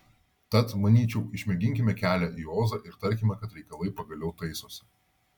tad manyčiau išmėginkime kelią į ozą ir tarkime kad reikalai pagaliau taisosi